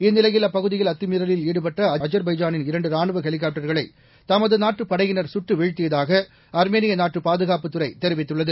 இந்நிலையில் அப்பகுதியில் அத்துமீறலில் ஈடுபட்ட அஜர்பைஜானின் இரண்டு ரானுவ ஹெலிகாப்டர்களை தமது நாட்டுப் படையினர் சுட்டு வீழ்த்தியதாக ஆர்மேனிய நாட்டு பாதுகாப்புத்துறை தெரிவித்துள்ளது